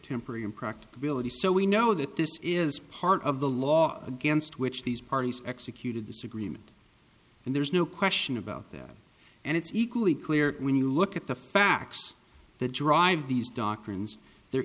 temporary impracticability so we know that this is part of the law against which these parties executed this agreement and there's no question about that and it's equally clear when you look at the facts that drive these doctrines the